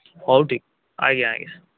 ହଉ ଠିକ୍ ଆଜ୍ଞା ଆଜ୍ଞା